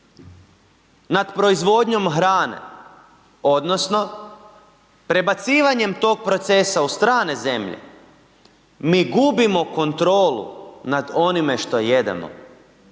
nad proizvodnjom hrane odnosno prebacivanjem tog procesa u strane zemlje mi gubimo kontrolu nad onime što jedemo